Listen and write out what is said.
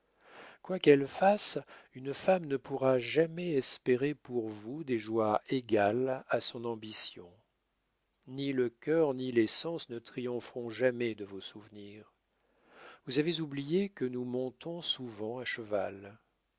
quoi qu'elle fasse une femme ne pourra jamais espérer pour vous des joies égales à son ambition ni le cœur ni les sens ne triompheront jamais de vos souvenirs vous avez oublié que nous montons souvent à cheval